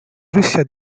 russia